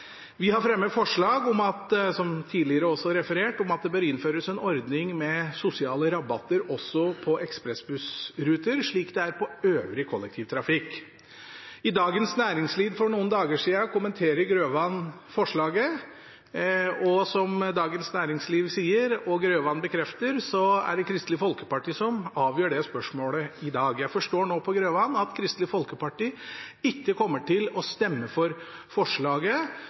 Vi har, som også tidligere referert, fremmet forslag om at det bør innføres en ordning med sosiale rabatter også på ekspressbussruter, slik det er på øvrig kollektivtrafikk. I Dagens Næringsliv for noen dager siden kommenterer Grøvan forslaget, og som Dagens Næringsliv sier, og som Grøvan bekrefter, er det Kristelig Folkeparti som avgjør det spørsmålet i dag. Jeg forstår nå på Grøvan at Kristelig Folkeparti ikke kommer til å stemme for forslaget